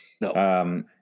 No